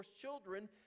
children